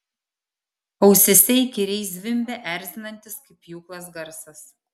ausyse įkyriai zvimbė erzinantis kaip pjūklas garsas